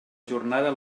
jornada